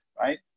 Right